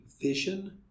vision